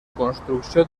construcció